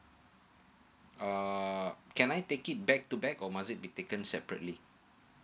uh can I take it back to back or must it be taken separately